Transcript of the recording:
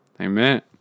amen